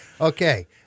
Okay